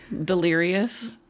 delirious